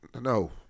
no